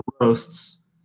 roasts